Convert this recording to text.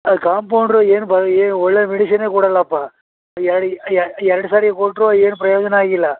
ಅದು ಕಾಂಪೌಂಡ್ರು ಏನು ಬ ಏನು ಒಳ್ಳೆಯ ಮೆಡಿಷಿನ್ನೇ ಕೊಡೋಲ್ಲಪ್ಪ ಎರಡು ಸಾರಿ ಕೊಟ್ಟರು ಏನೂ ಪ್ರಯೋಜನ ಆಗಿಲ್ಲ